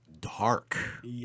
dark